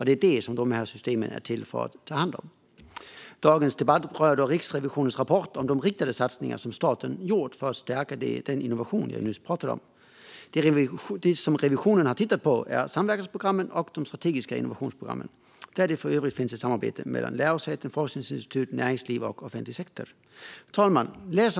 Det är detta som dessa system är till för att ta hand om. Dagens debatt handlar om Riksrevisionens rapport om de riktade satsningar som staten har gjort för att stärka den innovation som jag just talade om. Det som man har tittat på är samverkansprogrammen och de strategiska innovationsprogrammen, där det för övrigt finns ett samarbete mellan lärosäten, forskningsinstitut, näringsliv och offentlig sektor. Fru talman!